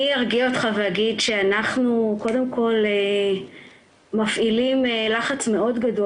אני ארגיע אותך ואומר שאנחנו מפעילים לחץ מאוד גדול.